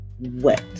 wet